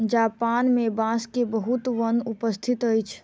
Japan मे बांस के बहुत वन उपस्थित अछि